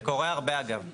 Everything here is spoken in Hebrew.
זה קורה הרבה, אגב.